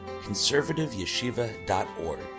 conservativeyeshiva.org